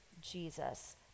Jesus